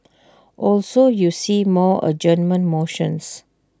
also you see more adjournment motions